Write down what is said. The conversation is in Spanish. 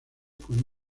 con